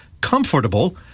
comfortable